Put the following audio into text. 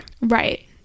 Right